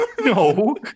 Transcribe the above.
No